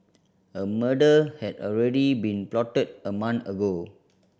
a murder had already been plotted a month ago